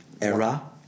era